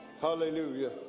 Hallelujah